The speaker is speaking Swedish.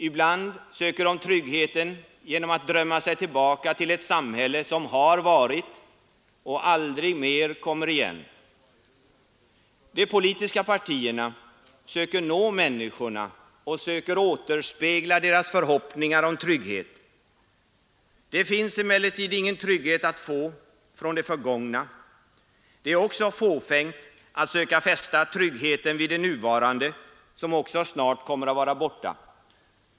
Ibland söker de tryggheten genom att drömma sig tillbaka till ett sam hälle som har varit och aldrig mer kommer igen. De politiska partierna söker nå människorna och söker återspegla deras förhoppningar om trygghet. Det finns emellertid ingen trygghet att få från det förgångna; det är också fåfängt att försöka fästa tryggheten vid det nuvarande, som också snart kommer att vara borta.